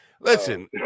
Listen